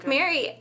Mary